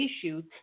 issues